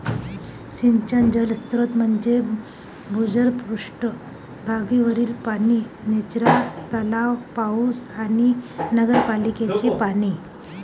सिंचन जलस्रोत म्हणजे भूजल, पृष्ठ भागावरील पाणी, निचरा तलाव, पाऊस आणि नगरपालिकेचे पाणी